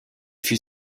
fut